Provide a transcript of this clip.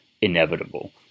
inevitable